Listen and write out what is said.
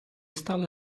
стали